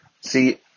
See